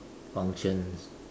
functions